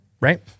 Right